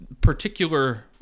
particular